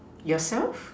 yourself